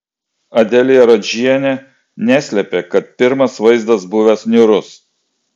adelija radžienė neslėpė kad pirmas vaizdas buvęs niūrus